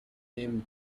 named